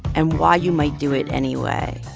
and why you might do it anyway.